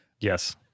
Yes